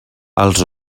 els